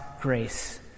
grace